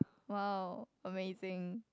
!wow! amazing